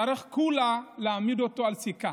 צריך כולה להעמיד אותו על סיכה.